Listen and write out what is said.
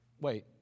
wait